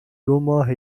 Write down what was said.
دوماه